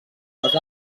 les